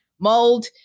mold